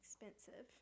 Expensive